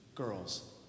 girls